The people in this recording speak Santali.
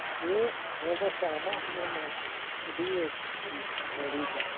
ᱤᱧᱟᱹᱜ ᱦᱚᱲᱢᱚ ᱥᱮ ᱟᱢᱟᱜ ᱦᱚᱲᱢᱚ ᱟᱹᱰᱤᱭᱮ ᱵᱟᱹᱲᱤᱡᱟ